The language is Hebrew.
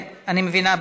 אני מבינה,